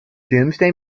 doomsday